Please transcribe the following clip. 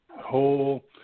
whole